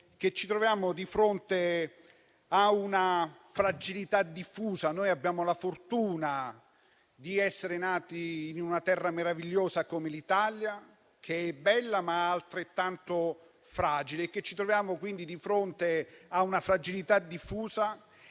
che ci troviamo di fronte a una fragilità diffusa: abbiamo la fortuna di essere nati in una terra meravigliosa come l'Italia, che è bella, ma altrettanto fragile, quindi ci troviamo di fronte a una fragilità diffusa